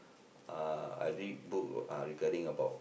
uh I read book uh regarding about